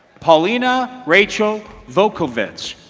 paulina rachel vocovicz